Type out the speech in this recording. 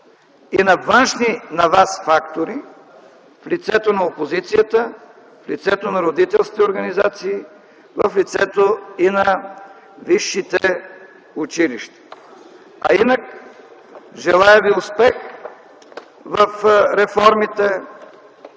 и на външни на вас фактори в лицето на опозицията, в лицето на родителските организации, и в лицето на висшите училища, а инак: желая ви успех в реформите!